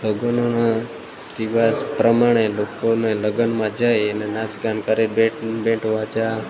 લગ્નોમાં દિવસ પ્રમાણે લોકોને લગ્નમાં જઈ અને નાચગાન કરે બેડ બેન્ડ વાજા